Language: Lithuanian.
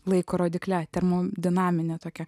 laiko rodyklę termodinamine tokia